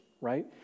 right